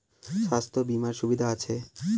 স্বাস্থ্য বিমার সুবিধা আছে?